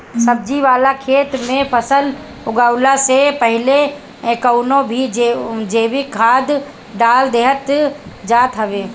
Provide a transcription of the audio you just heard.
सब्जी वाला खेत में फसल उगवला से पहिले कवनो भी जैविक खाद डाल देहल जात हवे